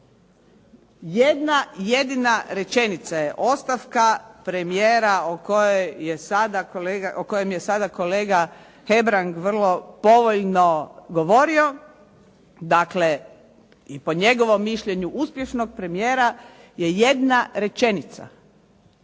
Jedna jedina rečenica je ostavka premijera o kojem je sada kolega Hebrang vrlo povoljno govorio, dakle i po njegovom mišljenju uspješnog premijera je jedna rečenica.